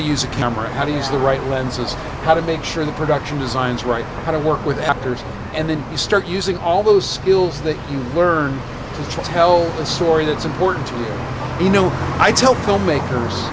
to use a camera how to use the right lenses how to make sure the production designs right kind of work with actors and then you start using all those skills that you learn to tell the story that's important you know i tell filmmakers